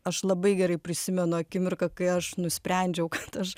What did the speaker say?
aš labai gerai prisimenu akimirką kai aš nusprendžiau kad aš